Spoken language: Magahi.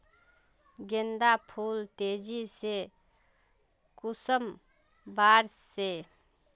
गेंदा फुल तेजी से कुंसम बार से?